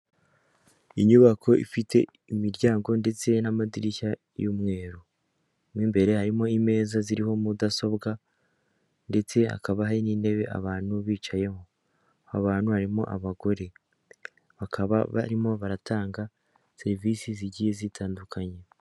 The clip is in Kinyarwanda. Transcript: Inyubako ifite imiryango ndetse n'amadirishya y'umweru, mo imbere harimo imeza ziriho mudasobwa ndetse hakaba hari n'intebe abantu bicayemo abantu harimo abagore, bakaba barimo baratanga serivisi zigiye zitandukanye.